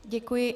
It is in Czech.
Děkuji.